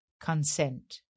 consent